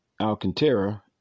Alcantara